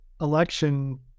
election